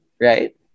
right